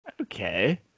Okay